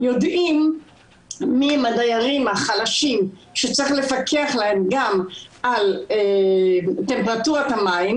יודעים מי הם הדיירים החלשים שצריך לפקח להם גם על טמפרטורת המים,